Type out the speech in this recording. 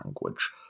language